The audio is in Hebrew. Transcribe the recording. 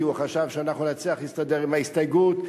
כי הוא חשב שאנחנו נצליח להסתדר עם ההסתייגות.